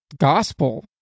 gospel